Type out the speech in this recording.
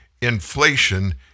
inflation